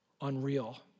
unreal